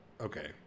okay